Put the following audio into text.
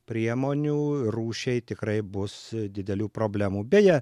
priemonių rūšiai tikrai bus didelių problemų beje